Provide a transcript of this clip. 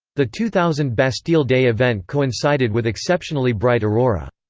the two thousand bastille day event coincided with exceptionally bright aurora.